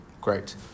Great